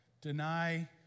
Deny